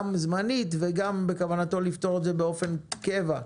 גם זמנית וגם שבכוונתו לפתור אותה בפתרון קבע,